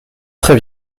très